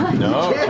no,